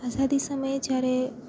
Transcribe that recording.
આઝાદી સમયે જ્યારે